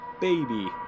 baby